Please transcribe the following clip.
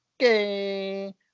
okay